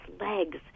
legs